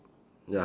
ya